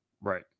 Right